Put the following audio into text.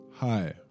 Hi